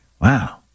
Wow